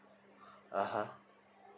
(uh huh)